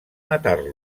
matar